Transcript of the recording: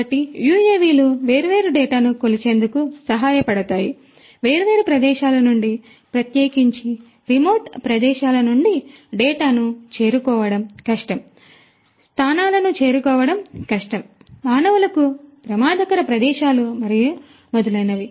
కాబట్టి యుఎవిలు వేర్వేరు డేటాను కొలిచేందుకు సహాయపడతాయి వేర్వేరు ప్రదేశాల నుండి ప్రత్యేకించి రిమోట్ ప్రదేశాల నుండి డేటాను చేరుకోవడం కష్టం స్థానాలను చేరుకోవడం కష్టం మానవులకు ప్రమాదకర ప్రదేశాలు మరియు మొదలైనవి